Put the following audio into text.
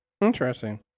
Interesting